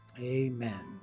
Amen